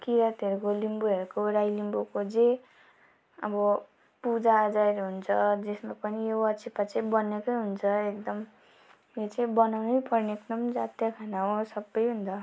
किरातहरूको लिम्बूहरूको राई लिम्बूको जे अब पूजाआजाहरू हुन्छ जसमा पनि यो वाचिप्पा चाहिँ बनिएकै हुन्छ एकदम यो बनाउनै पर्ने एकदम जातीय खाना हो सबै हुँदा